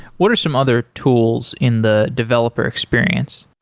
what are some other tools in the developer experience?